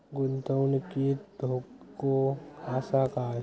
गुंतवणुकीत धोको आसा काय?